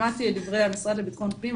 שמעתי את דברי המשרד לביטחון פנים,